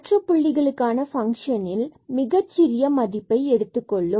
மற்ற புள்ளிகளுக்கான பங்ஷனில் மிகச்சிறிய மதிப்பை எடுத்துக்கொள்ளும்